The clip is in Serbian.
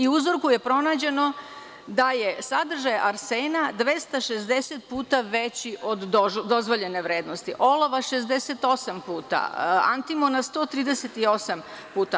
U uzorku je pronađeno da je sadržaj arsena 260 puta veći od dozvoljene vrednosti, olovo 68 puta, antimona 138 puta.